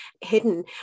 hidden